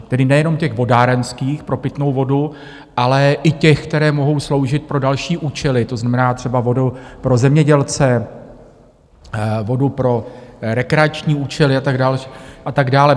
Tedy nejenom těch vodárenských pro pitnou vodu, ale i těch, které mohou sloužit pro další účely, to znamená třeba vodu pro zemědělce, vodu pro rekreační účely a tak dále, a tak dále.